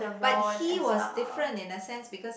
but he was different in a sense because